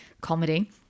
comedy